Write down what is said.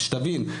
ושתבין,